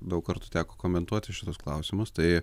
daug kartų teko komentuoti šituos klausimus tai